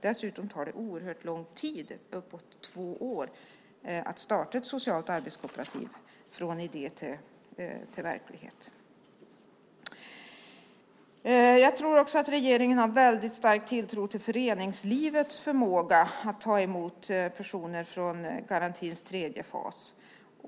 Dessutom tar det oerhört lång tid, uppemot två år, att starta ett socialt arbetskooperativ från idé till verklighet. Jag tror också att regeringen har en väldigt stark tilltro till föreningslivets förmåga att ta emot personer från garantins tredje fas.